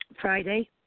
Friday